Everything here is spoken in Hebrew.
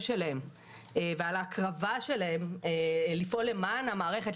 שלהם ועל ההקרבה שלהם לפעול למען המערכת,